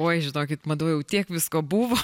oi žinokit madoj jau tiek visko buvo